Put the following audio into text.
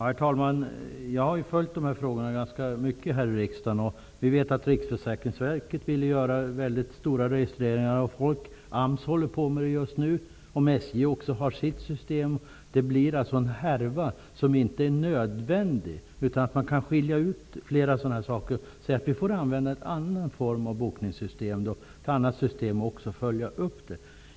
Herr talman! Jag har följt dessa frågor ganska mycket här i riksdagen. Det är bekant att Riksförsäkringsverket har velat göra mycket stora registreringar av människor och att AMS just nu gör sådana. När även SJ har ett sådant system blir det en registreringshärva som inte är nödvändig. Man skulle kunna skilja ut olika inslag för vilka man tillämpar ett annat bokningssystem, och en uppföljning skulle kunna ske.